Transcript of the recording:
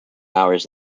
hours